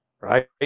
right